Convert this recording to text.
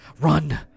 Run